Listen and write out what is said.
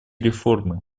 реформы